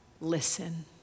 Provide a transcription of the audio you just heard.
listen